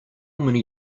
many